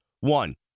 one